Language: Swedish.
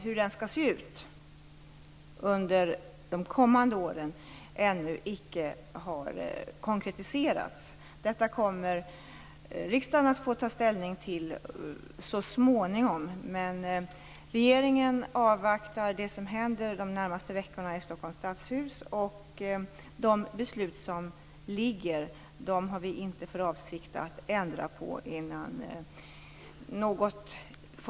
Hur den skall se ut under de kommande åren har ännu icke konkretiserats. Detta kommer riksdagen att få ta ställning till så småningom. Regeringen avvaktar det som händer de närmaste veckorna i Stockholms stadshus. De beslut som är fattade har vi inte för avsikt att ändra på.